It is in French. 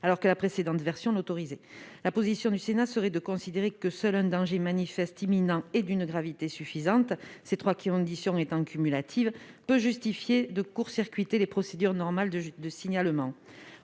alors que la précédente version l'autorisait. La position du Sénat serait de considérer que seul un danger manifeste, imminent et d'une gravité suffisante- ces trois conditions étant cumulatives -peut justifier de court-circuiter les procédures normales de signalement.